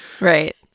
Right